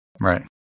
right